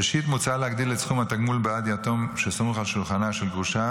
ראשית מוצע להגדיל את סכום התגמול בעד יתום שסמוך על שולחנה של גרושה